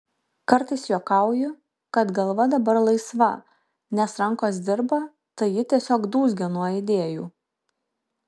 kartais juokauju kad galva dabar laisva nes rankos dirba tai ji tiesiog dūzgia nuo idėjų